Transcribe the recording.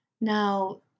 Now